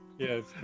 Yes